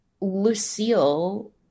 Lucille